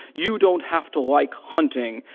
you don't have to like hunting,